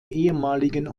ehemaligen